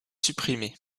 supprimé